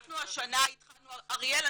שאנחנו השנה התחלנו ------ אריאל,